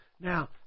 Now